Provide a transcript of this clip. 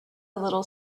little